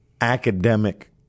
academic